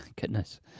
goodness